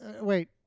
wait